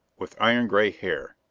with iron-gray hair,